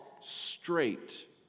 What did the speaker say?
straight